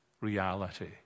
reality